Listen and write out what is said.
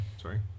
sorry